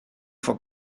fois